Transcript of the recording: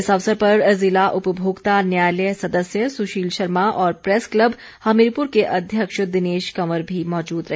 इस अवसर पर जिला उपभोक्ता न्यायालय सदस्य सुशील शर्मा और प्रैस क्लब हमीरपुर के अध्यक्ष दिनेश कंवर भी मौजूद रहे